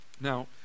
Now